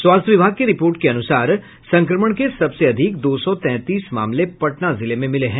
स्वास्थ्य विभाग की रिपोर्ट के अनुसार संक्रमण के सबसे अधिक दो सौ तैंतीस मामले पटना जिले में मिले हैं